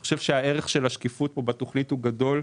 אני חושב שערך השקיפות בתוכנית הזאת הוא גדול.